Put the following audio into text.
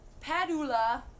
padula